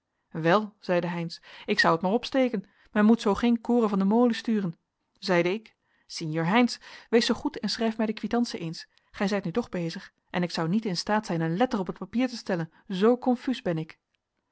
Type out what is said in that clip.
wel zeide heynsz ik zou het maar opsteken men moet zoo geen koren van den molen sturen zeide ik sinjeur heynsz wees zoo goed en schrijf mij de quitantie eens gij zijt nu toch bezig en ik zou niet in staat zijn een letter op t papier te stellen zoo confuus ben ik